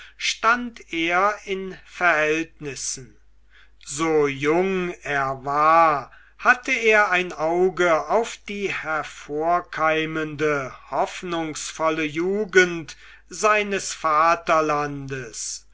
stand er in verhältnissen so jung er war hatte er ein auge auf die hervorkeimende hoffnungsvolle jugend seines vaterlandes